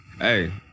hey